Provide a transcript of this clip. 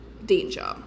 danger